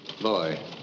boy